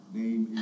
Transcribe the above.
name